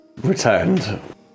returned